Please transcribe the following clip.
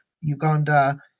Uganda